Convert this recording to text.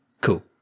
cool